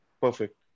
perfect